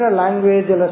language